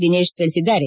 ದಿನೇಶ್ ತಿಳಿಸಿದ್ದಾರೆ